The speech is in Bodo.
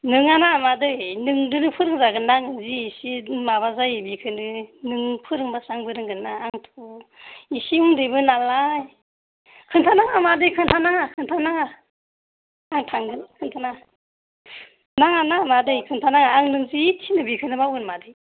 नोंआना मादै नोंजोंनो फोरोंजागोन ना आंयो जि एसे माबा जायो बेखौनो नों फोरोंबासो आंबो रोंगोन्ना आंथ' एसे उन्दैबो नालाय खोन्थानाङा मादै खोन्थानाङा खनथानांया आं थांगोन खोनथानाङा नाङा नाङा मादै खोनथानाङा आं नों जि थिनो बेखौनो मावगोन मादै